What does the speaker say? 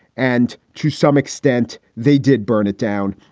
and to some extent, they did burn it down.